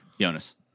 Jonas